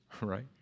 right